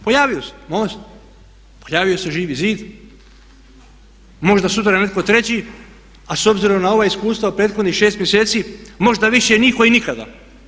Pojavio se MOST, pojavio se Živi zid, možda sutra netko treći, a s obzirom na ova iskustva u prethodnih šest mjeseci možda više nitko i nikada.